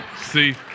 See